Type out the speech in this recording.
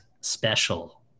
special